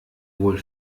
wohl